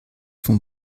vom